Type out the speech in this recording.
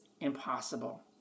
impossible